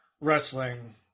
wrestling